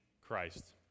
Christ